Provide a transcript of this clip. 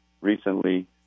Recently